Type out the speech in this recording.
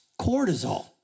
Cortisol